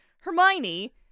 Hermione